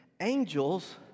angels